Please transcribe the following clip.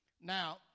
Now